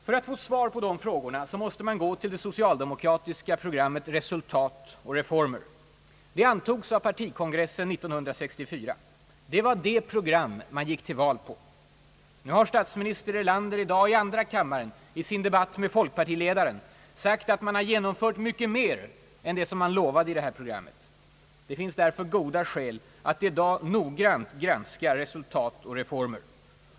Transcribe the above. För att få svar på de frågorna kan man gå till det socialdemokratiska programmet »Resultat och reformer». Det antogs av partikongressen i juni 1964. Det var det program man gick till val på. Nu har statsminister Erlander i dag i andra kammaren i sin debatt med folkpartiledaren sagt, att partiet har genomfört mycket mer än vad som lovades i detta program. Det finns därför goda skäl att i dag granska »Resultat och reformer».